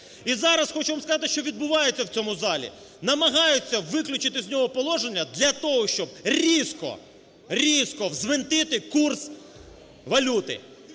І зараз хочу вам сказати, що відбувається в цьому залі. Намагаються виключити з нього положення для того, щоб різко, різко взвинтити курс валюти.